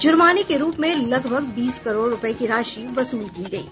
जुर्माने के रूप में लगभग बीस करोड़ रुपये की राशि वसूल की गयी